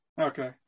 Okay